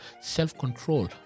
self-control